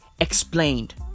Explained